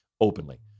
openly